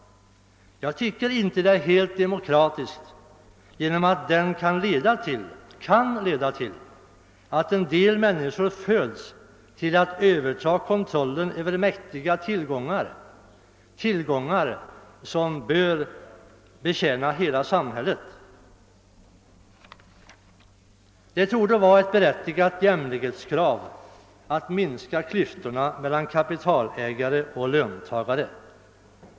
Jag tycker att den inte är helt demokratisk, eftersom den kan leda till att en del människor föds till att överta kontrollen över mäktiga till gångar, vilka bör betjäna hela samhället. Det torde vara ett berättigat jämlikhetskrav att minska klyftorna mellan kapitalägare och löntagare.